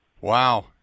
Wow